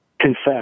confess